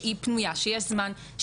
שהיא פנויה, שיש זמן,